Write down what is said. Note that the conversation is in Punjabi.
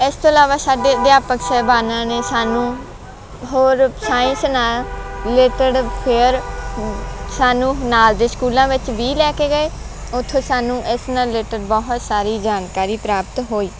ਇਸ ਤੋਂ ਇਲਾਵਾ ਸਾਡੇ ਅਧਿਆਪਕ ਸਾਹਿਬਾਨਾਂ ਨੇ ਸਾਨੂੰ ਹੋਰ ਸਾਇੰਸ ਨਾਲ ਰਿਲੇਟਡ ਫੇਅਰ ਸਾਨੂੰ ਨਾਲ ਦੇ ਸਕੂਲਾਂ ਵਿੱਚ ਵੀ ਲੈ ਕੇ ਗਏ ਉੱਥੋਂ ਸਾਨੂੰ ਇਸ ਨਾਲ ਰਿਲੇਟਡ ਬਹੁਤ ਸਾਰੀ ਜਾਣਕਾਰੀ ਪ੍ਰਾਪਤ ਹੋਈ